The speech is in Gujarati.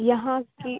યહાં કી